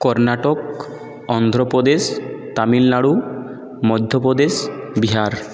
Karnataka Andhra Pradesh Tamil Nadu Madhya Pradesh Bihar